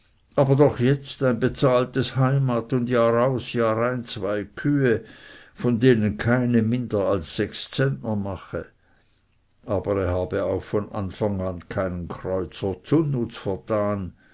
aber doch jetzt ein zahltes heimat und jahraus und jahrein zwei kühe von denen keine minder als sechs zentner mache aber er habe auch von anfang an keinen kreuzer